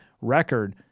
record